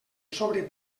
sobre